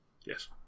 Yes